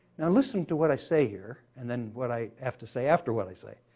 now listen to what i say here, and then what i have to say after what i say.